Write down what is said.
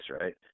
right